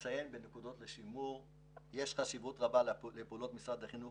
בנקודות לשימור אני מציין: יש חשיבות רבה לפעולות משרד החינוך